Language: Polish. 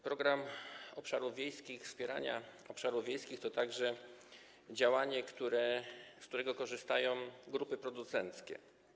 Program obszarów wiejskich, wspierania obszarów wiejskich to także działanie, z którego korzystają grupy producenckie.